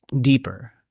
deeper